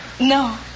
No